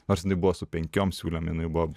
nors jinai buvo su penkiom siūlėm jinai buvo